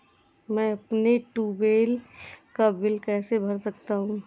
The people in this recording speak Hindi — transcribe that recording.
मैं अपने ट्यूबवेल का बिल कैसे भर सकता हूँ?